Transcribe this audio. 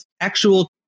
actual